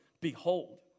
Behold